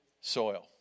soil